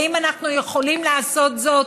האם אנחנו יכולים לעשות זאת?